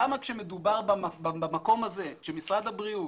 למה כשמדובר במקום הזה, כשמשרד הבריאות,